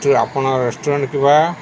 ଆପଣ ରେଷ୍ଟୁରାଣ୍ଟ କିବା